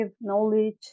knowledge